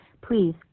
please